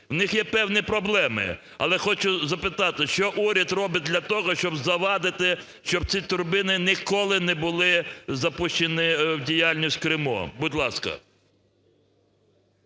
У них є певні проблеми. Але хочу запитати, що уряд робить для того, щоб завадити, щоб ці турбіни ніколи не були запущені в діяльність в Криму. Будь ласка.